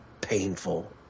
painful